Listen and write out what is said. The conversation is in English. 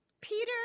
Peter